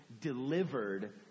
delivered